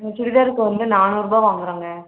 நாங்கள் சுடிதாருக்கு வந்து நானூரூபாய் வாங்குறோங்க